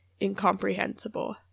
incomprehensible